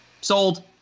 sold